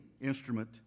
instrument